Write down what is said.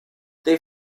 they